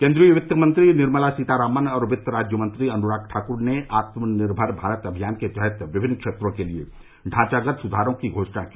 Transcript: केन्द्रीय वित्त मंत्री निर्मला सीतारामन और वित्त राज्य मंत्री अनुराग ठाक्र ने आत्मनिर्मर भारत अभियान के तहत विभिन्न क्षेत्रों के लिए ढांचागत सुधारों की घोषणा की